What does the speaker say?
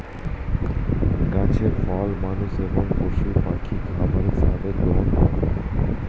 গাছের ফল মানুষ এবং পশু পাখি খাবার হিসাবে গ্রহণ করে